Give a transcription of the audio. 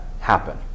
happen